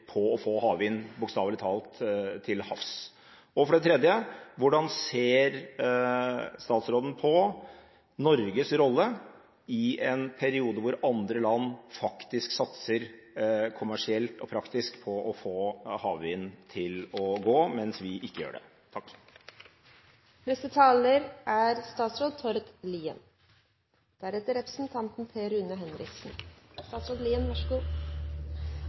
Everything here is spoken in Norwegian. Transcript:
på å få havvind bokstavelig talt til havs? For det tredje: Hvordan ser statsråden på Norges rolle i en periode hvor andre land faktisk satser kommersielt og praktisk på å få havvind til å gå, mens vi ikke gjør det?